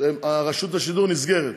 רשות השידור נסגרת.